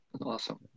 awesome